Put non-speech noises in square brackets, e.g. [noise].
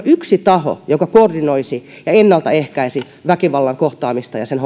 [unintelligible] yksi taho joka koordinoisi ja ennalta ehkäisisi väkivallan kohtaamista ja sen [unintelligible]